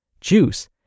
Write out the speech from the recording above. juice